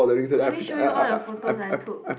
let me show you all the photos I took